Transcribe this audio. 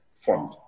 fund